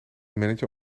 manager